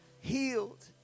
healed